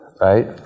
right